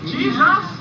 Jesus